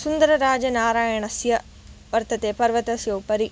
सुन्दरराजनारायणस्य वर्तते पर्वतस्य उपरि